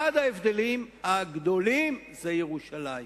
אחד ההבדלים הגדולים זה ירושלים.